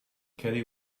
kelly